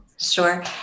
Sure